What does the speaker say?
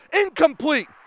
incomplete